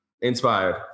Inspired